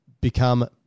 become –